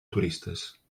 turistes